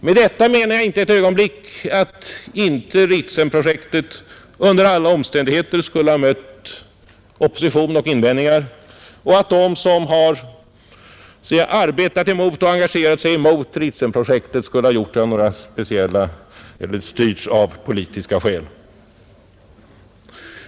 Med detta menar jag inte ett ögonblick att inte Ritsemprojektet under alla omständigheter skulle ha mött opposition och invändningar och att de som har arbetat emot och engagerat sig mot Ritsemprojektet skulle ha styrts av politiska skäl.